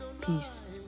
Peace